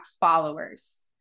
followers